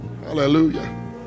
Hallelujah